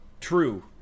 True